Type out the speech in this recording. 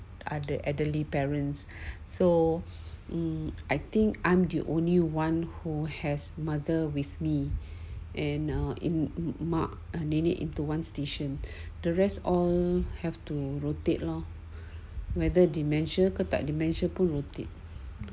other elderly parents so um I'm I think I'm the only one who has mother with me and are in mak nenek into one station the rest all have to rotate lor whether dementia ke tak dementia ke pun rotate